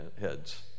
heads